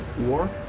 War